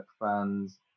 fans